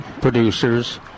producers